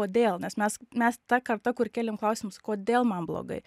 kodėl nes mes mes ta karta kur kelėm klausimus kodėl man blogai